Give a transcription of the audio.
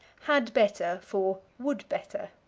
had better for would better.